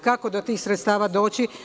Kako do tih sredstava doći?